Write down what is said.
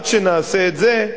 עד שנעשה את זה,